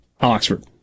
Oxford